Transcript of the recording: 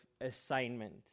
assignment